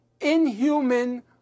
inhuman